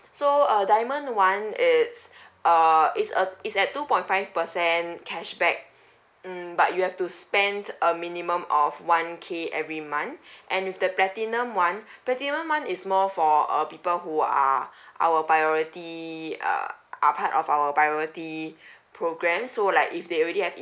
so err diamond one is uh is a is at two point five percent cashback mm but you have to spend a minimum of one K every month and with the platinum one platinum one is more for err people who are our priority uh are part of our priority program so like if they already have